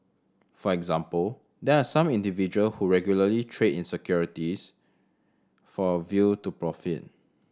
for example there are some individual who regularly trade in securities for a view to profit